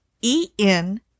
E-N